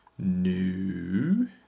New